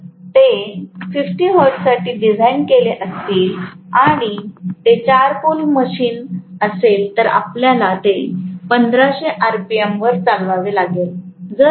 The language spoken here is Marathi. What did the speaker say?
जर ते 50 हर्ट्जसाठी डिझाइन केलेले असतील आणि ते 4 पोल मशीन असेल तर आपल्याला ते 1500 आरपीएम वर चालवावे लागेल